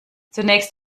zunächst